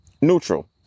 Neutral